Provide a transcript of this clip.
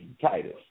Titus